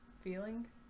feeling